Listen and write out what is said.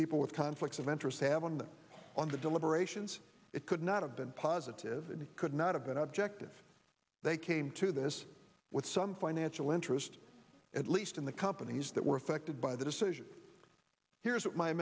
people with conflicts of interest have on them on the deliberations it could not have been positive it could not have been objective they came to this with some financial interest at least in the companies that were affected by the decision here's